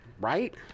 Right